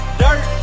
dirt